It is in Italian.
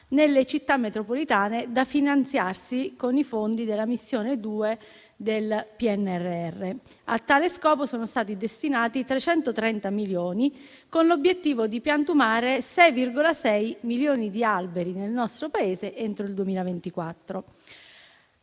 nelle città metropolitane, da finanziarsi con i fondi della missione 2 del PNRR. A tale scopo, sono stati destinati 330 milioni con l'obiettivo di piantumare 6,6 milioni di alberi nel nostro Paese entro il 2024.